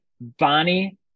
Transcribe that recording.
Bonnie